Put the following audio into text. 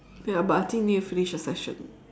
ya but I think need to finish the session